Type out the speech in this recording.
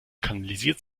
kanalisiert